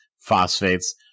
phosphates